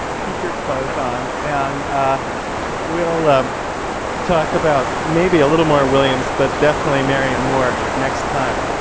keep your clothes on, and we'll talk about maybe a little more williams but definitely marianne moore next time.